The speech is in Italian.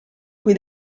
qui